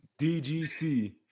DGC